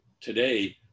today